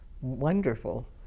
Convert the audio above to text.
wonderful